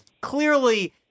Clearly –